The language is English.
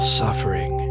suffering